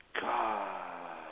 God